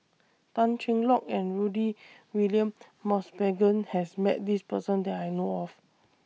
Tan Cheng Lock and Rudy William Mosbergen has Met This Person that I know of